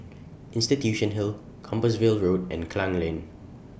Institution Hill Compassvale Road and Klang Lane